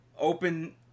open